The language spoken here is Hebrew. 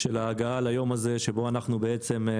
של ההגעה ליום הזה שבו אנחנו מיישמים